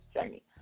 journey